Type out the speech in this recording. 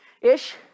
ish